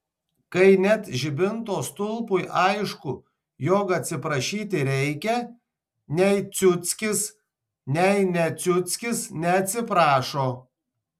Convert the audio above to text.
kai net žibinto stulpui aišku jog atsiprašyti reikia nei ciuckis nei ne ciuckis neatsiprašo